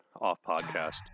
off-podcast